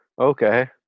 Okay